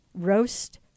roast